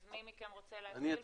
אז מי מכם רוצה להתחיל?